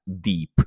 deep